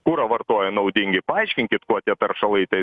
kurą vartoja naudingai paaiškinkit kuo tie teršalai